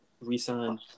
resign